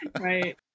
right